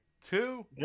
two